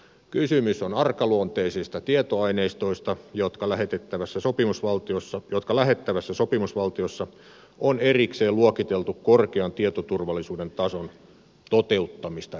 kysymys on arkaluonteisista tietoaineistoista jotka lähettävässä sopimusvaltiossa on erikseen luokiteltu korkean tietoturvallisuuden tason toteuttamista edellyttäviksi